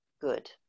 Good